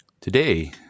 today